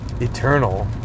eternal